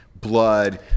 blood